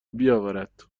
بیاورد